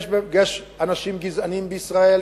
יש אנשים גזענים בישראל,